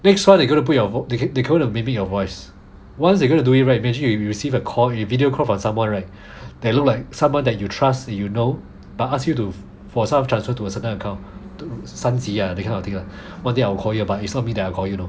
next one they gonna put your voice they can they gonna mimic your voice once they're gonna do it right imagine if you received a call then you video call on someone right that look like someone that you trust you know but ask you to for some transfer to a certain account to some 三急 ya I think that kind of thing lah one day I will call you but it's not me that I call you know